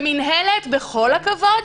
בכל הכבוד,